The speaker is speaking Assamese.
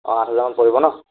অঁ আঠ হাজাৰমান পৰিব ন